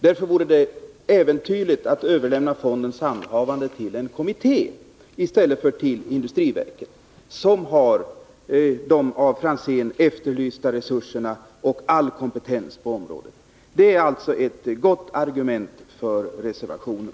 Därför vore det äventyrligt att överlämna fondens handhavande till en kommitté i stället för till industriverket, som har de av herr Franzén efterlysta resurserna och all kompetens på området. Det är gott argument för reservationen.